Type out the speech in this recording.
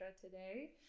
today